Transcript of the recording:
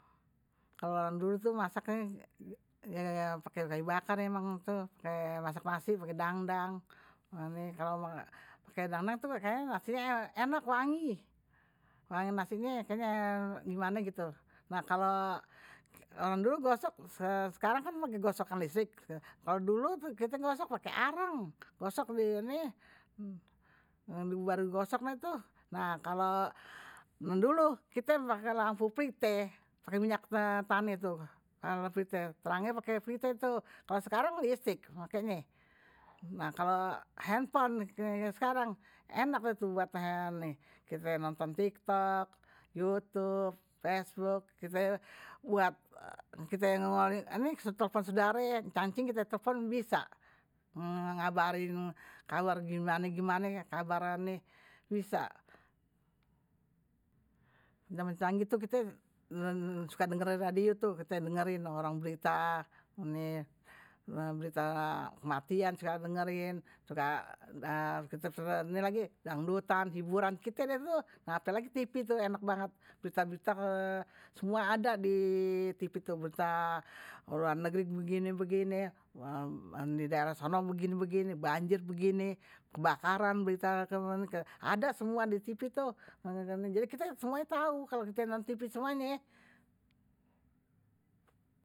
Kalo orang dulu tuh masak pake kayu bakar, pake dandang, kalo pake dandang masaknye wangi, nah kalo orang dulu sekarang kan pake gosokan listrik, kalo orang dulu kite ngegosok pake areng, gosok baru digosok deh tuh. nah kalo dulu kite pake lampu pelite, pake minyak tanah tuh, terangnye pake pelite tuh kalo sekarang listrik makenye, nah kalo handphone sekarang enak tuh kite nonton tiktok, youtube, facebook, kite buat nih suruh telpon sodare encang encing kite telpon bisa ngabarin kabar gimane gimane kabar nih bisa, ama tetangge tuh kite suka dengerin radio tuh kite dengerin orang berita, berita kematian suka dengerin, suka kite dangdutan hiburan kite tuh, ngape lagi tipi tuh enak banget, berita berita ada tuh semua di tipi, berita luar negeri begini begini, didaerah sono begini, banjir begini, kebakaran, ada semuanye di tipi tuh jadi kite semuanye tau kalo kite nonton tipi semuanye.